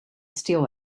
steal